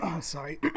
sorry